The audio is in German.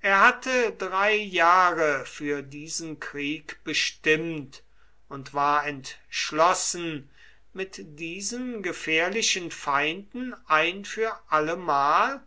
er hatte drei jahre für diesen krieg bestimmt und war entschlossen mit diesen gefährlichen feinden ein für allemal